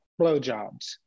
blowjobs